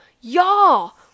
y'all